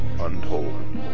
untold